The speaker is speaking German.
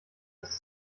das